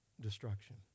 destruction